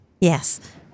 Yes